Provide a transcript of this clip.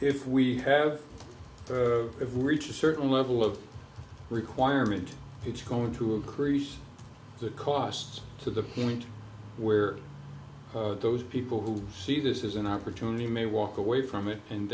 if we have if we reach a certain level of requirement it's going to increase the costs to the point where those people who see this as an opportunity may walk away from it and